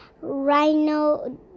rhino